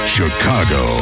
Chicago